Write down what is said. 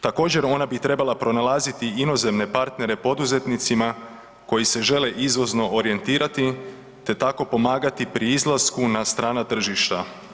Također ona bi trebala pronalaziti inozemne partnere poduzetnicima koji se žele izvozno orijentirati te tako pomagati pri izlasku na strana tržišta.